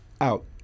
out